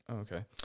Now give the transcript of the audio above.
Okay